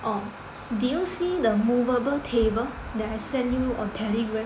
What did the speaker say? orh did you see the moveable table that I send you on Telegram